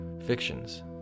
fictions